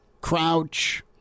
Crouch